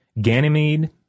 Ganymede